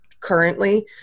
currently